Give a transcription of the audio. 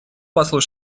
послу